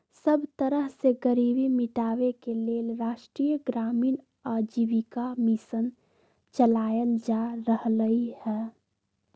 सब तरह से गरीबी मिटाबे के लेल राष्ट्रीय ग्रामीण आजीविका मिशन चलाएल जा रहलई ह